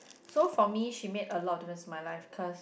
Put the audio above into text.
so for me she made a lot of difference in my life cause